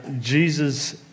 Jesus